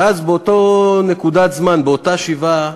ואז באותה נקודת זמן, בשבעה,